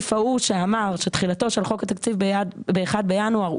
הסעיף שאמר שתחילתו של חוק התקציב ב-1 בינואר,